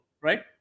right